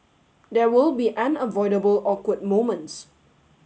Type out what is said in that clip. there will be unavoidable awkward moments